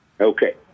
Okay